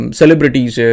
celebrities